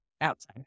outside